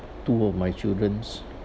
two of my children